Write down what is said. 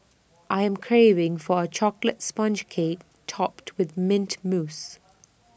I am craving for A Chocolate Sponge Cake Topped with Mint Mousse